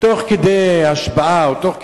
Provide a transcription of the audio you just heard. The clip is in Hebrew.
תוך כדי השבעה, או תוך כדי,